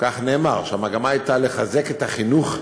כך נאמר, לחזק את החינוך הציבורי,